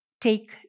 take